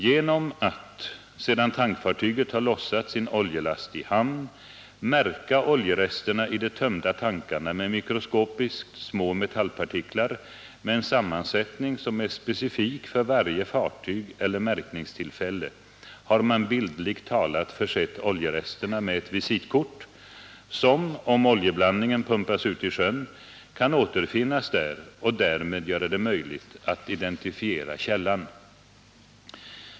Genom att, sedan tankfartyget har lossat sin oljelast i hamn, märka oljeresterna i de tömda tankarna med mikroskopiskt små metallpartiklar med en sammansättning som är specifik för varje fartyg eller märkningstillfälle har man bildligt talat försett oljeresterna med ett visitkort som, om oljeblandningen pumpas ut i sjön, kan återfinnas där och därmed göra det möjligt att identifiera källan.